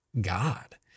God